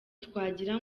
twagira